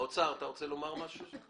האוצר, אתה רוצה לומר משהו?